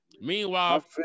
Meanwhile